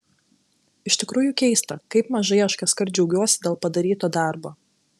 iš tikrųjų keista kaip mažai aš kaskart džiaugiuosi dėl padaryto darbo